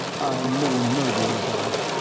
i'm no murderer, bart.